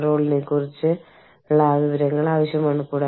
കൂടാതെ ഇതെല്ലാം ഒരു കേന്ദ്ര സ്ഥലത്ത് കൈകാര്യം ചെയ്യണം